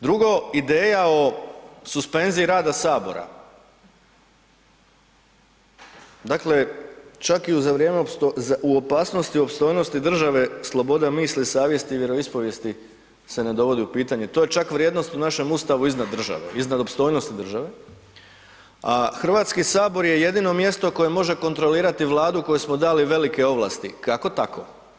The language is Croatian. Drugo o suspenziji rada sabora, dakle čak i za vrijeme u opasnosti u opstojnosti države sloboda misli savjesti i vjeroispovijesti se ne vodi u pitanje, to je čak vrijednost u našem Ustavu iznad države, iznad opstojnosti države, a Hrvatski sabor je jedino mjesto koje može kontrolirati Vladu kojoj smo dali velike ovlasti, kako tako.